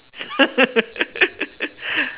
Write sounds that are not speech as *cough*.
*laughs*